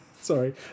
Sorry